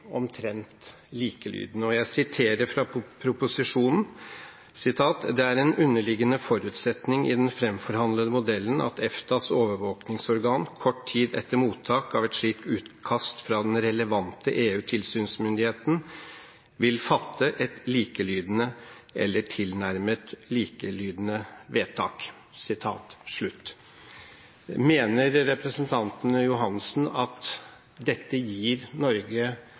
omtrent likelydende. Jeg siterer fra proposisjonen: «Det er en underliggende forutsetning i den fremforhandlete modellen at EFTAs overvåkningsorgan kort tid etter mottak av et slikt utkast fra den relevante EU-tilsynsmyndigheten vil fatte et likelydende eller tilnærmet likelydende vedtak.» Mener representanten Johansen at dette gir Norge